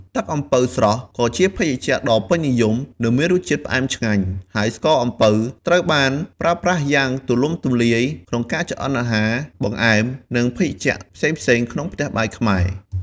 ទឹកអំពៅស្រស់ ក៏ជាភេសជ្ជៈដ៏ពេញនិយម និងមានរសជាតិផ្អែមឆ្ងាញ់ ហើយស្ករអំពៅត្រូវបានប្រើប្រាស់យ៉ាងទូលំទូលាយក្នុងការចម្អិនអាហារ បង្អែម និងភេសជ្ជៈផ្សេងៗក្នុងផ្ទះបាយខ្មែរ។